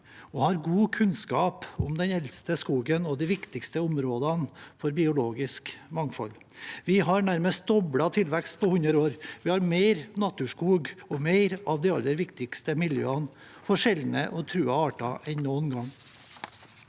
og har god kunnskap om den eldste skogen og de viktigste områdene for biologisk mangfold. Vi har nærmest doblet tilveksten på 100 år. Vi har mer naturskog og mer av de aller viktigste miljøene for sjeldne og truede arter enn noen gang.